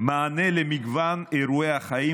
מענה למגוון אירועי החיים.